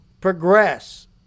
progress